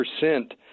percent